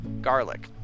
Garlic